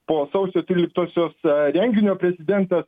po sausio tryliktosios renginio prezidentas